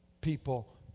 people